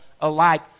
alike